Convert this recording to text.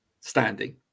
standing